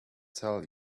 tell